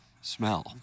Smell